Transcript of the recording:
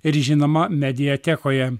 ir žinoma mediatekoje